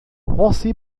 você